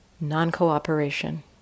non-cooperation